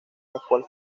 pascual